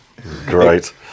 great